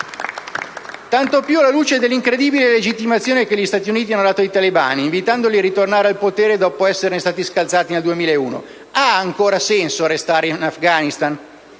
tanto più alla luce dell'incredibile legittimazione che gli Stati Uniti hanno dato ai talebani, invitandoli a ritornare al potere dopo esserne stati scalzati nel 2001.Ha ancora senso restare in Afghanistan?